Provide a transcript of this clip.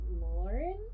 Lauren